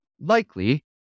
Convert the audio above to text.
likely